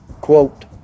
quote